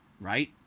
right